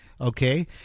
okay